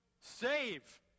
save